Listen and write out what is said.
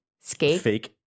fake